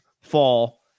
fall